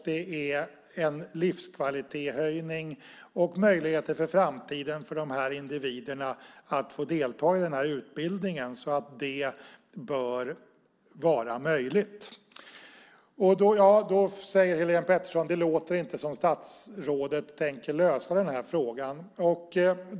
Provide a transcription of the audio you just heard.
Det ger en livskvalitetshöjning och möjligheter för framtiden för de här individerna att få delta i den här utbildningen, så det bör vara möjligt. Helene Petersson säger att det inte låter som om statsrådet tänker lösa den här frågan.